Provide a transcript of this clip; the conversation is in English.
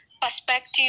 perspective